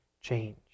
change